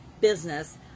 business